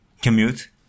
commute